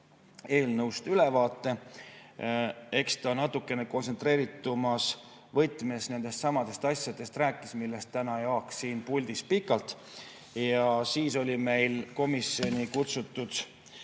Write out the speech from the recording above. eelnõust ülevaate. Eks ta natuke kontsentreeritumas võtmes nendestsamadest asjadest rääkis, millest täna Jaak siin puldis pikalt rääkis. Meil oli komisjoni kutsutud